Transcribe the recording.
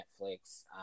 Netflix